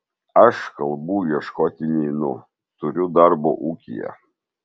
aš kalbų ieškoti neinu turiu darbo ūkyje